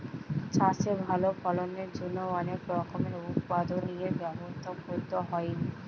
চাষে ভালো ফলনের জন্য অনেক রকমের উৎপাদনের ব্যবস্থা করতে হইন